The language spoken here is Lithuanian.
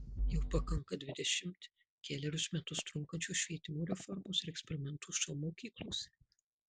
jau pakanka dvidešimt kelerius metus trunkančios švietimo reformos ir eksperimentų šou mokyklose